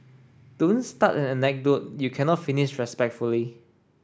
don't start an anecdote you cannot finish respectfully